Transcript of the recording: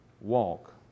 walk